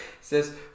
says